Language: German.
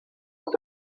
und